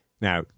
Now